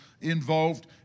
involved